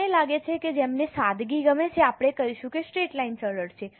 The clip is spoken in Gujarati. મને લાગે છે કે જેમને સાદગી ગમે છે આપણે કહીશું કે સ્ટ્રેટ લાઇન સરળ છે